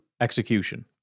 execution